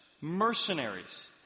Mercenaries